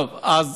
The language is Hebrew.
טוב, אז